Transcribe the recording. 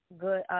Good